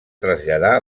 traslladar